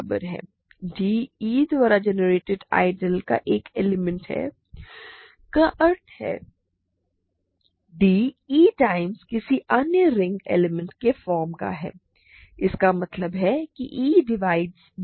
d e द्वारा generated ideal का एक एलिमेंट है का अर्थ है d e टाइमस किसी अन्य रिंग एलिमेंट के फॉर्म का है इसका मतलब है कि e डिवाइड्स d